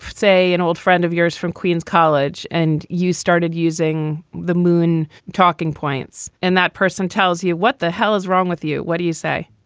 say, an old friend of yours from queens college and you started using the moon talking points and that person tells you what the hell is wrong with you. what do you say?